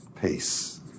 Peace